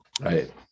Right